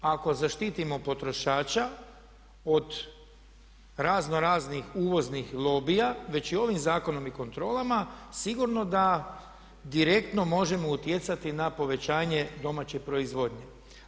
Ako zaštitimo potrošača od raznoraznih uvoznih lobija, već i ovim zakonom i kontrolama, sigurno da direktno možemo utjecati na povećanje domaće proizvodnje.